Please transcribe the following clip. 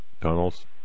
tunnels